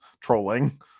trolling